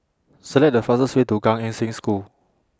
Select The fastest Way to Gan Eng Seng School